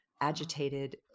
agitated